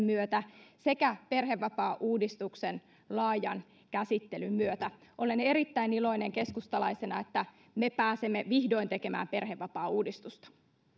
myötä sekä perhevapaauudistuksen laajan käsittelyn myötä olen erittäin iloinen keskustalaisena että me pääsemme vihdoin tekemään perhevapaauudistusta